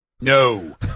No